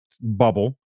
bubble